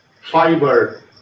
fiber